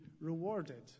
rewarded